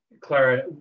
Clara